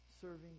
serving